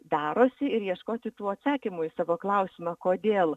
darosi ir ieškoti tų atsakymų į savo klausimą kodėl